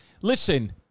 Listen